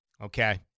Okay